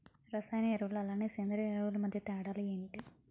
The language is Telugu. రసాయన ఎరువులు అలానే సేంద్రీయ ఎరువులు మధ్య తేడాలు ఏంటి?